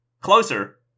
Closer